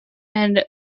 and